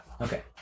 Okay